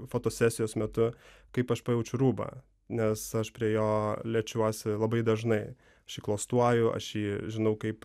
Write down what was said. fotosesijos metu kaip aš pajaučiu rūbą nes aš prie jo liečiuosi labai dažnai aš jį klostuoju aš jį žinau kaip